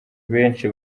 benshi